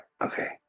okay